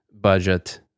budget